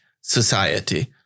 society